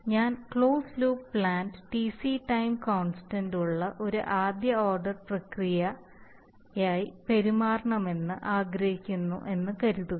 ഞാൻ closed loop plant Tc time constant ഉള്ള ഒരു ആദ്യ ഓർഡർ പ്രക്രിയ പ്രക്രിയയായി പെരുമാറണമെന്ന് ആഗ്രഹിക്കുന്നു എന്നു കരുതുക